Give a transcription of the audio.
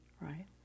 right